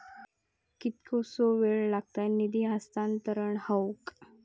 कितकोसो वेळ लागत निधी हस्तांतरण हौक?